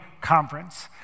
Conference